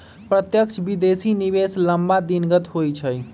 प्रत्यक्ष विदेशी निवेश लम्मा दिनगत होइ छइ